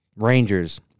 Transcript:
Rangers